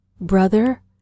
brother